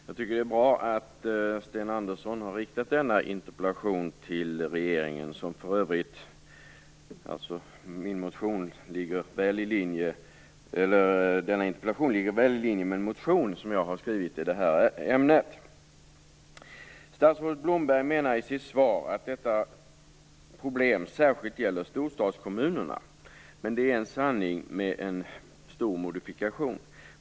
Fru talman! Det är bra att Sten Andersson har riktat denna interpellation till regeringen. Interpellationen ligger väl i linje med en motion som jag har väckt i detta ämne. Statsrådet Blomberg säger i sitt svar att detta problem särskilt gäller storstadskommunerna. Det är en sanning med stor modifikation.